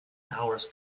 hours